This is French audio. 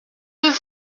deux